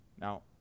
Now